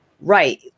Right